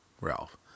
Ralph